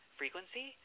frequency